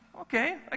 Okay